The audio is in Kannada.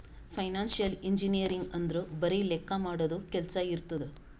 ಫೈನಾನ್ಸಿಯಲ್ ಇಂಜಿನಿಯರಿಂಗ್ ಅಂದುರ್ ಬರೆ ಲೆಕ್ಕಾ ಮಾಡದು ಕೆಲ್ಸಾ ಇರ್ತುದ್